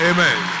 Amen